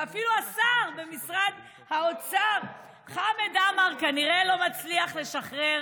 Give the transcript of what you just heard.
ואפילו השר במשרד האוצר חמד עמאר כנראה לא מצליח לשחרר